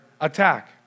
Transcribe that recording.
attack